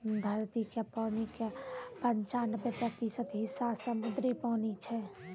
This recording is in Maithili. धरती के पानी के पंचानवे प्रतिशत हिस्सा समुद्री पानी छै